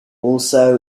also